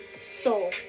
soul